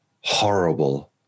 horrible